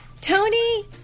Tony